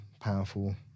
powerful